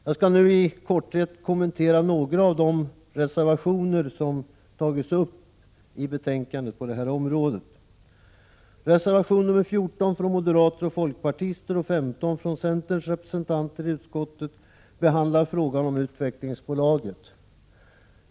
Jag övergår nu till att i korthet kommentera några av de reservationer som Prot. 1986/87:131 avlämnats på detta område. 26 maj 1987 Reservation 14 från moderater och folkpartister och 15 från centerns representanter i utskottet behandlar frågan om utvecklingsbolaget.